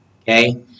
Okay